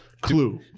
Clue